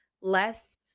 less